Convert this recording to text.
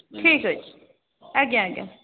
ଠିକ୍ ଅଛି ଆଜ୍ଞା ଆଜ୍ଞା